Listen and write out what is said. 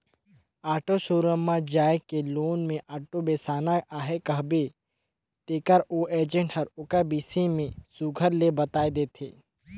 auto showroom म जाए के लोन में आॅटो बेसाना अहे कहबे तेकर ओ एजेंट हर ओकर बिसे में सुग्घर ले बताए देथे